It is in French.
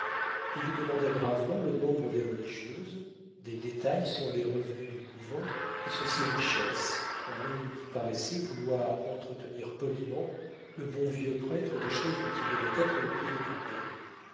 il demanda gravement le nombre des religieuses des détails sur les revenus du couvent et sur ses richesses en homme qui paraissait vouloir entretenir poliment le bon vieux prêtre des choses dont il devait être le plus occupé